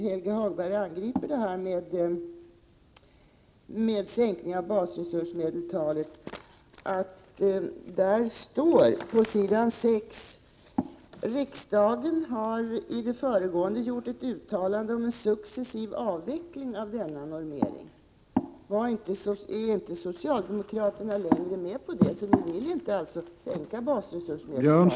Helge Hagberg angriper detta med en sänkning av basresursmedeltalet, men då läser jag på s. 6 i utskottsbetänkandet att riksdagen har ”gjort ett uttalande om en successiv avveckling av denna normering”. Är då inte socialdemokraterna längre med på detta? Vill ni alltså inte sänka basresursmedeltalet?